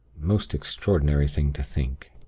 most extraordinary thing to think.